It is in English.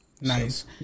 Nice